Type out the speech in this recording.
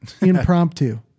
Impromptu